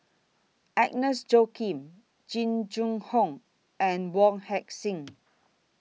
Agnes Joaquim Jing Jun Hong and Wong Heck Sing